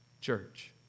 church